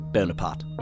Bonaparte